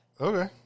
Okay